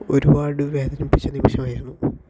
ഒരുപാട് വേദനിപ്പിച്ച നിമിഷമായിരുന്നു